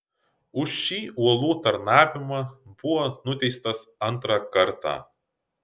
už šį uolų tarnavimą buvo nuteistas antrą kartą